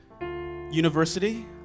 university